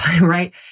right